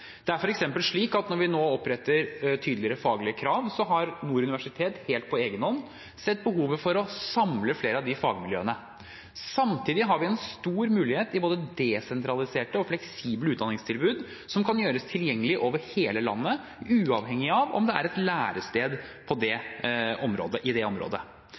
Det er f.eks. slik at når vi nå oppretter tydeligere faglige krav, har Nord universitet helt på egen hånd sett behovet for å samle flere av de fagmiljøene. Samtidig har vi en stor mulighet i både desentraliserte og fleksible utdanningstilbud, som kan gjøres tilgjengelig over hele landet uavhengig av om det er et lærested i et område. Så er det